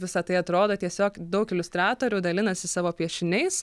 visa tai atrodo tiesiog daug iliustratorių dalinasi savo piešiniais